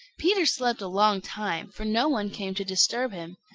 peter slept a long time, for no one came to disturb him.